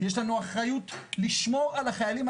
יש לנו אחריות לשמור על החיילים,